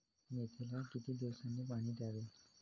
मेथीला किती दिवसांनी पाणी द्यावे?